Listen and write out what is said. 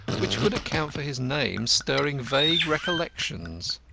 which would account for his name stirring vague recollections.